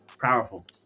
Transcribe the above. Powerful